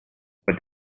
what